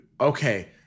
okay